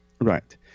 Right